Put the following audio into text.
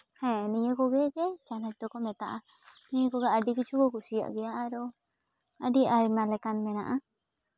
ᱦᱮᱸ ᱱᱤᱭᱟᱹ ᱠᱚᱜᱮ ᱜᱮ ᱪᱟᱱᱟᱪ ᱫᱚᱠᱚ ᱢᱮᱛᱟᱜᱼᱟ ᱱᱤᱭᱟᱹ ᱠᱚᱜᱮ ᱟᱹᱰᱤ ᱠᱤᱪᱷᱩ ᱠᱚ ᱠᱩᱥᱤᱭᱟᱜ ᱜᱮᱭᱟ ᱟᱨᱚ ᱟᱹᱰᱤ ᱟᱭᱢᱟ ᱞᱮᱠᱟᱱ ᱢᱮᱱᱟᱜᱼᱟ